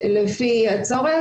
לפי הצורך,